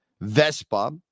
Vespa